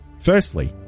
Firstly